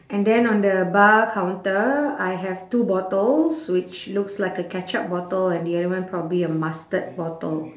and then on the bar counter I have two bottles which looks like a ketchup bottle and the other one probably a mustard bottle